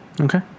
Okay